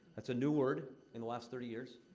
that's a new word in the last thirty years.